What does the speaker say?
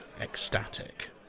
Ecstatic